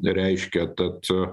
reiškia tad